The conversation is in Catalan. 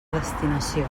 destinació